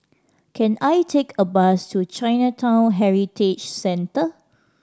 can I take a bus to Chinatown Heritage Center